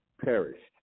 perished